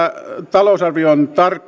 talousarvion